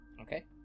okay